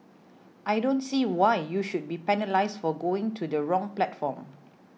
I don't see why you should be penalised for going to the wrong platform